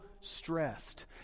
stressed